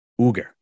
UGER